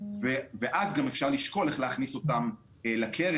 ואז גם אפשר לשקול איך להכניס אותם לקרן,